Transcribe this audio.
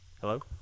Hello